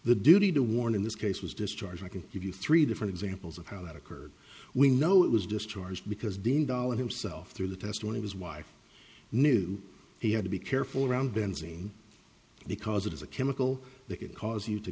the duty to warn in this case was discharged i can give you three different examples of how that occurred we know it was discharged because dean dahlan himself through the testimony his wife knew he had to be careful around benzene because it is a chemical that could cause you to